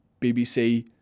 BBC